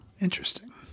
interesting